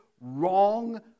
wrong